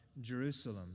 Jerusalem